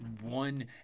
one